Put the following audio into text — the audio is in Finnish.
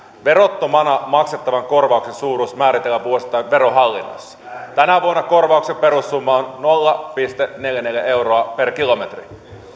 verottomana maksettavan korvauksen suuruus määritellään vuosittain verohallinnossa tänä vuonna korvauksen perussumma on nolla pilkku neljäkymmentäneljä euroa per kilometri